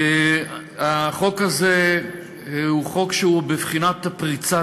החוק הזה הוא חוק שהוא בבחינת פריצת